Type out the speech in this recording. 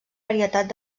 varietat